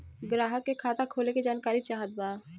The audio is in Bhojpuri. ग्राहक के खाता खोले के जानकारी चाहत बा?